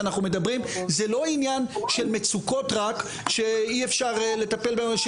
זה לא עניין של מצוקות רק שאי אפשר לטפל בהן.